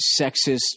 sexist